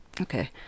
okay